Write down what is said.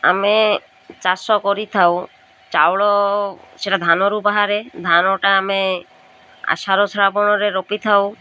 ଆମେ ଚାଷ କରିଥାଉ ଚାଉଳ ସେଇଟା ଧାନରୁ ବାହାରେ ଧାନଟା ଆମେ ଆଷାଢ ଶ୍ରାବଣରେ ରୋପିଥାଉ